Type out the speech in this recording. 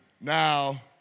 now